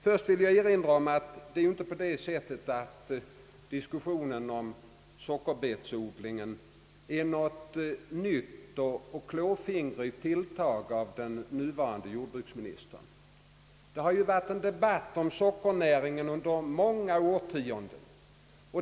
Först vill jag erinra om att diskussionerna om sockerbetsodlingen inte är något nytt och klåfingrigt tilltag av den nuvarande jordbruksministern. En debatt om sockernäringen har ju förts under många årtionden.